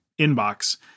inbox